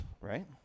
right